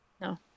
No